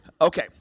Okay